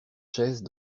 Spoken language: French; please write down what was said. chaises